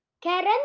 karen